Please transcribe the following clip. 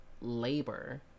labor